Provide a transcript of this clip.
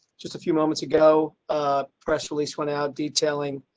just a few moments ago, a press release went out detailing.